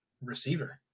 receiver